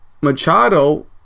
Machado